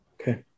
Okay